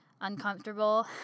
uncomfortable